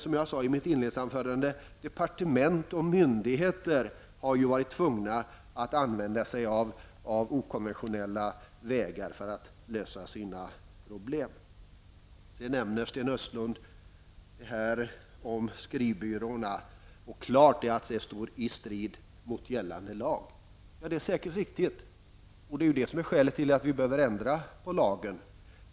Som jag sade i mitt inledningsanförande har t.o.m. departement och myndigheter varit tvugna att använda sig av okonventionella metoder för att lösa sina problem. Sedan nämner Sten Östlund skrivbyråernas verksamhet och att den klart står i strid med gällande lag. Det är säkert riktigt. Det är det som är skälet till att vi behöver ändra på lagen.